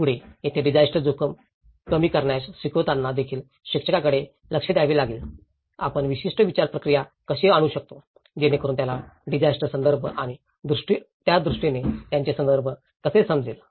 पुढे येथे डिजास्टर जोखीम कमी करण्यास शिकवताना देखील शिक्षकाकडे लक्ष द्यावे लागेल आपण विशिष्ट विचार प्रक्रिया कशी आणू शकतो जेणेकरून त्याला डिजास्टर संदर्भ आणि त्यादृष्टीने चांगले संदर्भ कसे समजेल